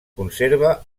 conserva